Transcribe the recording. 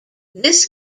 this